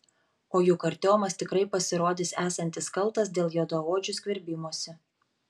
o juk artiomas tikrai pasirodys esantis kaltas dėl juodaodžių skverbimosi